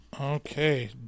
Okay